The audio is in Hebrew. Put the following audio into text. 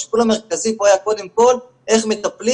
השיקול המרכזי פה היה קודם כל איך מטפלים